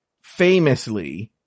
famously